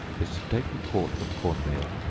is to take a quart of corn meal,